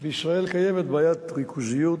בישראל קיימת בעיית ריכוזיות.